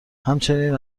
همچنین